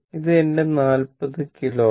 ഇത് എന്റെ 40 കിലോ Ω